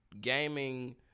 gaming